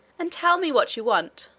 and tell me what you want.